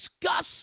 discuss